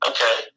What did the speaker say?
Okay